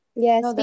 Yes